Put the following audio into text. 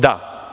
Da.